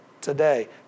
today